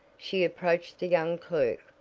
she approached the young clerk.